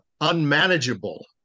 unmanageable